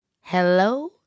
hello